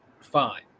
fine